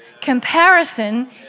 Comparison